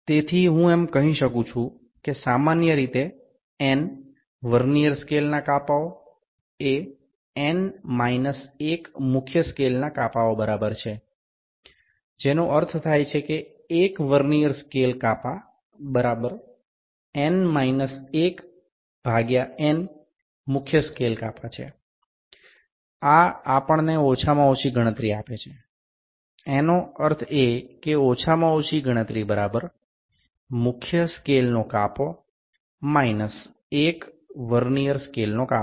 તેથી હું એમ કહી શકું છું કે સામાન્ય રીતે n વર્નીઅર સ્કેલ કાપાઓ એ n માઈનસ 1 મુખ્ય સ્કેલ કાપાઓ બરાબર છે જેનો અર્થ થાય છે કે 1 વર્નીઅર સ્કેલ કાપા બરાબર n માઇનસ 1 ભાગ્યા n મુખ્ય સ્કેલ કાપા છે આ આપણને ઓછામાં ઓછી ગણતરી આપે છે એનો અર્થ એ કે ઓછામાં ઓછી ગણતરી બરાબર 1 મુખ્ય સ્કેલનો કાપો માઇનસ 1 વર્નીઅર સ્કેલનો કાપો